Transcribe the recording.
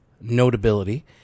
Notability